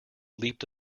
leaped